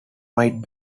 might